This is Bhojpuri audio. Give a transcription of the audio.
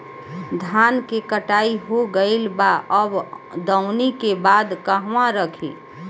धान के कटाई हो गइल बा अब दवनि के बाद कहवा रखी?